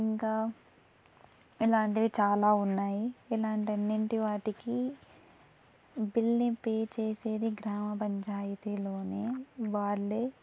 ఇంకా ఇలాంటివి చాలా ఉన్నాయి ఇలాంటివి అన్నింటి వాటికి బిల్ని పే చేసేది గ్రామ పంచాయతీలో వాళ్ళు